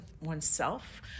oneself